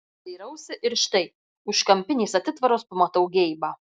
dairausi ir štai už kampinės atitvaros pamatau geibą